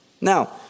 Now